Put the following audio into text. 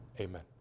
Amen